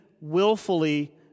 willfully